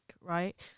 right